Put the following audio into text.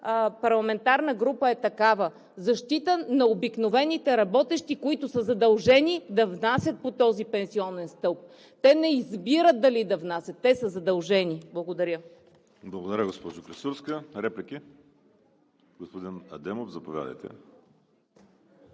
парламентарна група е такава – защита на обикновените работещи, които са задължени да внасят по този пенсионен стълб. Те не избират дали да внасят, те са задължени. Благодаря. ПРЕДСЕДАТЕЛ ВАЛЕРИ СИМЕОНОВ: Благодаря, госпожо Клисурска. Реплики? Господин Адемов, заповядайте.